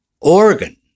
organ